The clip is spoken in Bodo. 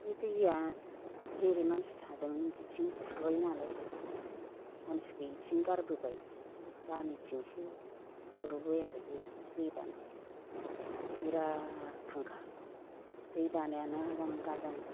बे दैया जेरै मानसि थादों बिथिं खुरबाय नालाय मानसि गैयिथिं गारबोबाय गामिथिंसो खुरबाय आरो बे दै बानाया बिराद खुरखायो दैबानायानो आजां गाजां